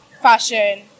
fashion